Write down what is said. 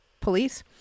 police